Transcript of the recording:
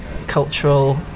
cultural